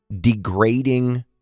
degrading